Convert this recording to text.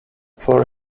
for